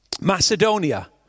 Macedonia